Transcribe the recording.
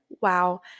Wow